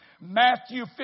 Matthew